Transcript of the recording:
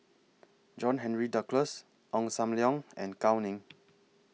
John Henry Duclos Ong SAM Leong and Gao Ning